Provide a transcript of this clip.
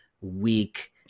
weak